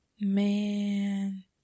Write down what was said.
Man